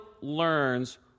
learns